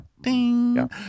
Ding